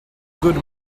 good